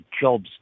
jobs